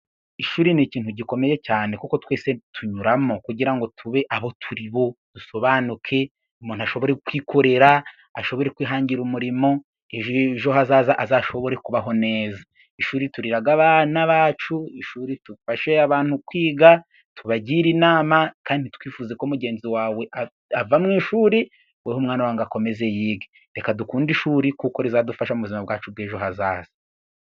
Ishuri ni ikintu gikomeye cyane kuko twese tunyuramo kugira ngo tube aho turi bo, dusobanuke, umuntu ashobore kwikorera, ashobore kwihangira umurimo, ejo hazaza azashobore kubaho neza. Ishuri turiraga abana bacu, ishuri, dufashe abantu kwiga, tubagire inama, kandi ntitwifuze ko mugenzi wawe ava mu ishuri wowe umwana wawe ngo akomeze yige. Reka dukunde ishuri kuko rizadufasha mu buzima bwacu bw'ejo hazaza.